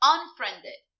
Unfriended